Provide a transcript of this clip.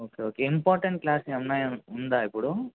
okay okay important class ఏమైనా ఉన్నాయా ఉందా ఇప్పుడు